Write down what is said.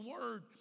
word